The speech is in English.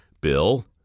Bill